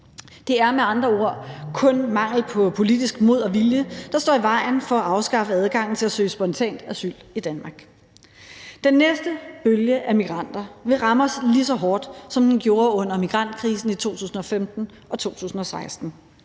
Det er med andre ord kun mangel på politisk mod og vilje, der står i vejen for at afskaffe adgangen til at søge spontant asyl i Danmark. Den næste bølge af migranter vil ramme os lige så hårdt, som det var tilfældet under migrantkrisen i 2015 og 2016.